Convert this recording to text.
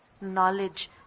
Knowledge